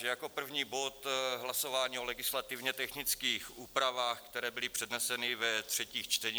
Jako první bod hlasování o legislativně technických úpravách, které byly předneseny ve třetím čtení.